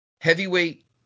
heavyweight –